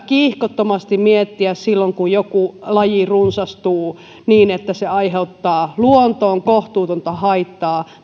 kiihkottomasti pystyä arvioimaan silloin kun joku laji runsastuu niin että se aiheuttaa luontoon kohtuutonta haittaa